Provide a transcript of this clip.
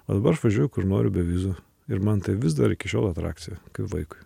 o dabar aš važiuoju kur noriu be vizų ir man tai vis dar iki šiol atrakcija kaip vaikui